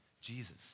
Jesus